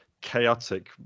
chaotic